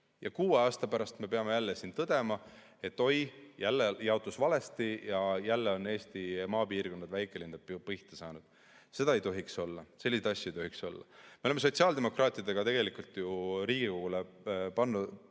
kuue aasta pärast me peame siin tõdema, et oi, jälle jaotus valesti, jälle on Eesti maapiirkonnad, väikelinnad pihta saanud. Seda ei tohiks olla. Selliseid asju ei tohiks olla! Me oleme sotsiaaldemokraatidega Riigikogule pakkunud